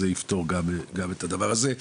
הראשון אז זה יפתור גם את הבעיה השנייה.